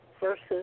versus